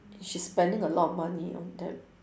she's spending a lot of money on them